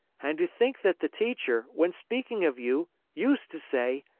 and to think that the teacher, when speaking of you, used to say,